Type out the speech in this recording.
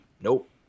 Nope